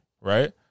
right